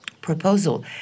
proposal